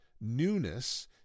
newness